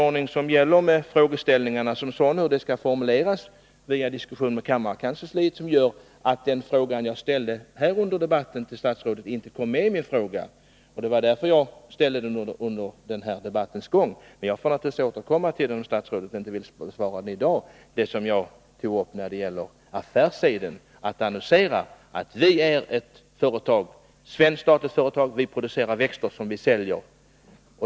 Sedan är det reglerna för hur frågor skall formuleras — via diskussioner med kammarkansliet — som gör att den fråga jag ställde till statsrådet här under debattens gång inte fanns med i min skriftliga fråga. Jag får naturligtvis återkomma till den frågan, om statsrådet inte vill besvara den i dag. Jag tänker då på det som jag tog upp om affärsseden att annonsera ungefär så här: Vi är ett svenskt företag. Vi producerar växter som vi säljer.